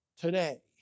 today